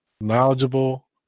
knowledgeable